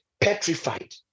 petrified